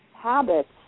Habits